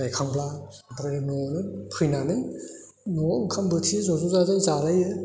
गाइखांब्ला ओमफ्राय न'आवनो फैनानै न'आव ओंखाम बोथिसे ज' ज' जाजा जालायो